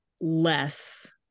less